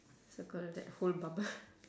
circle that whole bubble